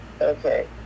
Okay